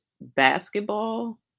basketball